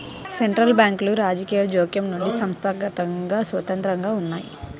central బ్యాంకులు రాజకీయ జోక్యం నుండి సంస్థాగతంగా స్వతంత్రంగా ఉన్నయ్యి